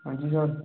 अंजी सर